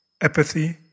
apathy